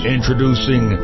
Introducing